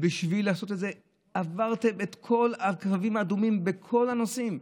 בשביל לעשות את זה עברתם את כל הקווים האדומים בכל הנושאים.